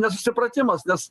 nesusipratimas nes